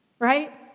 Right